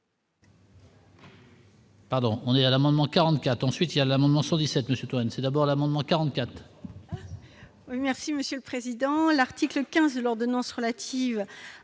Pardon, on est à l'amendement 44 ensuite, il y a l'amendement 117 Monsieur Cohen, c'est d'abord l'amendement 44.